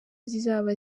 zizaba